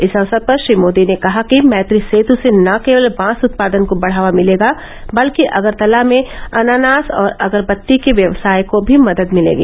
इस अवसर पर श्री मोदी ने कहा कि मैत्री सेत् से न केवल बांस उत्पादन को बढ़ावा मिलेगा बल्कि अगरतला में अनानास और अगरबत्ती के व्यवसाय को भी मदद मिलेगी